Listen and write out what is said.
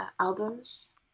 albums